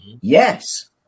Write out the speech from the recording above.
yes